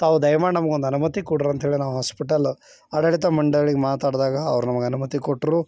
ತಾವು ದಯಮಾಡಿ ನಮ್ಗೊಂದು ಅನುಮತಿ ಕೊಡ್ರಿ ಅಂತಹೇಳಿ ನಾವು ಹಾಸ್ಪಿಟಲ್ ಆಡಳಿತ ಮಂಡಳಿಗೆ ಮಾತಾಡಿದಾಗ ಅವ್ರು ನಮಗೆ ಅನುಮತಿ ಕೊಟ್ರು